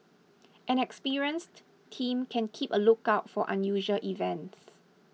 an experienced team can keep a lookout for unusual events